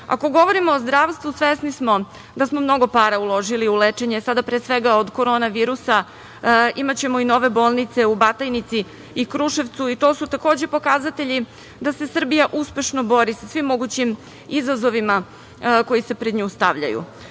govorimo o zdravstvu svesni smo da smo mnogo para uložili u lečenje, sada pre svega od korone virusa. Imaćemo i nove bolnice u Batajnici i Kruševcu i to su takođe pokazatelji da se Srbija uspešno bori sa svim mogućim izazovima koji se pred nju stavljaju.